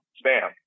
spam